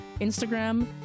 Instagram